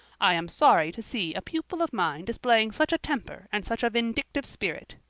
i am sorry to see a pupil of mine displaying such a temper and such a vindictive spirit,